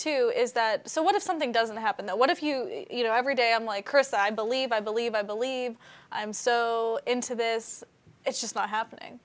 too is that so what if something doesn't happen though what if you you know every day i'm like chris i believe i believe i believe i'm so into this it's just not happening